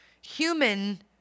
human